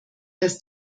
dass